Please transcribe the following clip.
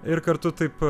ir kartu taip